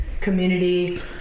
community